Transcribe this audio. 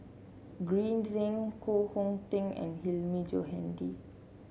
Green Zeng Koh Hong Teng and Hilmi Johandi